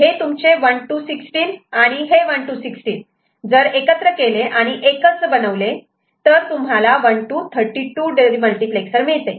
हे तुमचे 1 to 16 आणि हे 1 to 16 एकत्र केले आणि एकच बनवले तर तुम्हाला 1 to 32 डीमल्टिप्लेक्सर मिळते